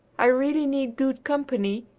i really need good company,